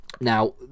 Now